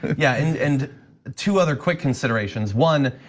yeah, and and two other quick considerations. one,